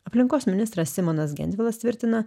aplinkos ministras simonas gentvilas tvirtina